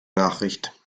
nachricht